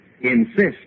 Insist